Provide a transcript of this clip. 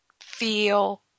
feel